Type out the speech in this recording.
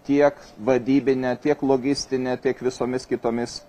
tiek vadybine tiek logistine tiek visomis kitomis